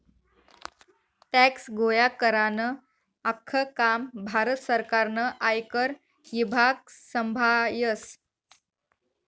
tax गोया करानं आख्खं काम भारत सरकारनं आयकर ईभाग संभायस